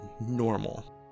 normal